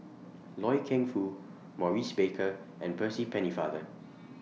Loy Keng Foo Maurice Baker and Percy Pennefather